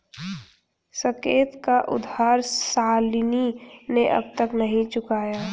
साकेत का उधार शालिनी ने अब तक नहीं चुकाया है